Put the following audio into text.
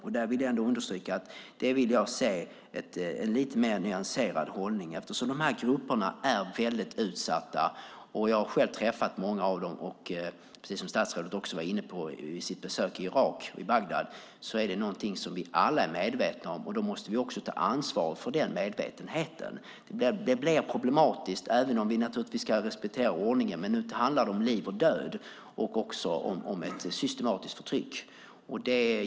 Jag vill understryka att jag vill se en lite mer nyanserad hållning, eftersom de här grupperna är väldigt utsatta. Jag har själv träffat många av dem. Precis som statsrådet var inne på när det gällde hans besök i Irak och i Bagdad är detta någonting som vi alla är medvetna om. Vi måste också ta ansvar för den medvetenheten. Det blir problematiskt. Vi ska naturligtvis respektera ordningen, men nu handlar det om liv och död och också om ett systematiskt förtryck.